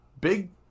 Big